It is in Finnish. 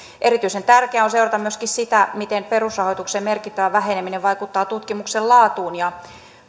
erityisen tärkeää on seurata myöskin sitä miten perusrahoituksen merkittävä väheneminen vaikuttaa tutkimuksen laatuun ja